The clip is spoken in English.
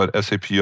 SAP